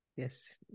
Yes